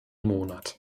monat